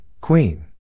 Queen